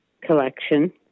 collection